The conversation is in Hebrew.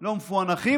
לא מפוענחים,